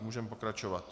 Můžeme pokračovat.